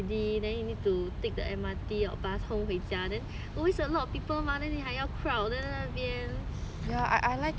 then you need to take the mrt or bus 冲回家 then always a lot of people mah then 你还要 crowd 那边